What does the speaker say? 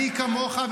אני כמוך,